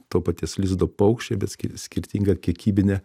to paties lizdo paukščiai bet ski skirtinga kiekybinė